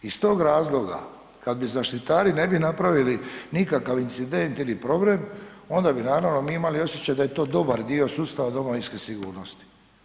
I iz tog razloga kada zaštitari ne bi napravili nikakav incident ili problem onda bi naravno mi imali da je to dobar dio sustava domovinske sigurnosti.